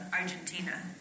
Argentina